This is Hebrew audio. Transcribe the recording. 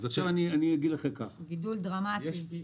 גידול דרמטי.